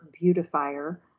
beautifier